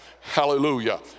Hallelujah